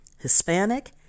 Hispanic